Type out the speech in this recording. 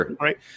right